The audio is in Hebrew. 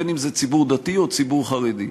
אם ציבור דתי או ציבור חרדי.